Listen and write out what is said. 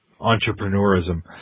entrepreneurism